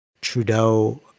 Trudeau